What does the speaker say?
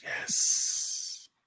Yes